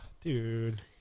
dude